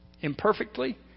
Imperfectly